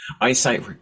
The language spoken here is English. Eyesight